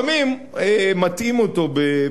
יש להם פתרונות עונתיים.